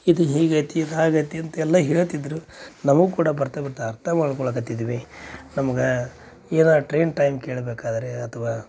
ಇದು ಹೀಗೈತಿ ಅದು ಹಾಗೈತಿ ಅಂತ ಎಲ್ಲ ಹೇಳ್ತಿದ್ದರು ನಮಗೆ ಕೂಡ ಬರ್ತ ಬರ್ತ ಅರ್ಥ ಮಾಡಿಕೊಳ್ಳಕ್ಕತ್ತಿದ್ವಿ ನಮಗೆ ಏನಾರೂ ಟ್ರೈನ್ ಟೈಮ್ ಕೇಳ್ಬೇಕಾದ್ರೆ ಅಥ್ವಾ